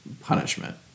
punishment